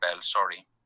sorry